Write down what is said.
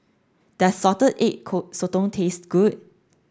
does salted egg sotong taste good